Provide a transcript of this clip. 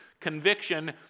Conviction